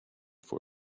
for